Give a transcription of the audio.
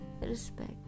respect